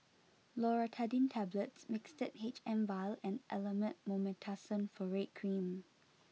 Loratadine Tablets Mixtard H M vial and Elomet Mometasone Furoate Cream